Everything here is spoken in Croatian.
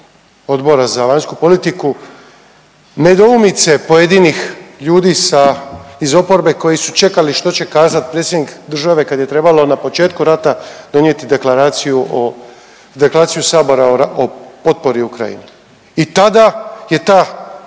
Odbora za vanjsku politiku nedoumice pojedinih ljudi sa iz oporbe koji su čekali što će kazati predsjednik države kad je trebalo na početku rata donijeti deklaraciju o, Deklaraciju sabora o potpori Ukrajini. I tada je ta